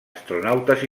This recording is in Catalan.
astronautes